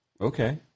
okay